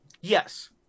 Yes